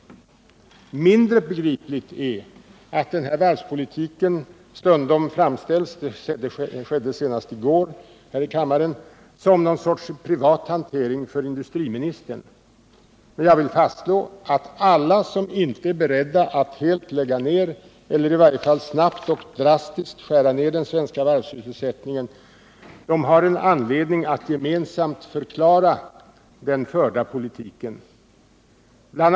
Mindre begripligt är att den här varvspolitiken stundom framställs — det skedde senast i går här i kammaren — som någon sorts privat hantering för industriministern. Jag vill fastslå att alla som inte är beredda att helt lägga ned eller i varje fall snabbt och drastiskt skära ned den svenska varvssysselsättningen har anledning att gemensamt förklara den förda politiken. Bl.